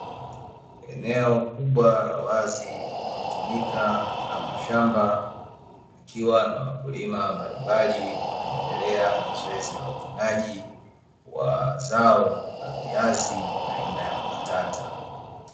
Eneo kubwa la wazi linalotumika kama shamba likiwa na wakulima mbalimbali wakiendelea na zoezi la uvunaji wa viazi aina ya mbatata.